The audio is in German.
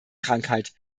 krankheit